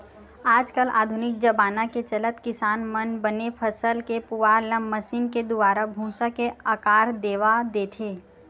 आज कल आधुनिक जबाना के चलत किसान मन बने फसल के पुवाल ल मसीन के दुवारा भूसा के आकार देवा देथे